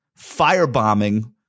firebombing